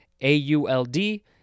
a-u-l-d